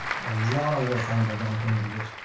a lot of work honorable donk went into this.